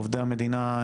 עובדי המדינה,